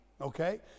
okay